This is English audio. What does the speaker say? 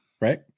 Right